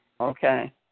Okay